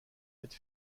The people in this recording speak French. aide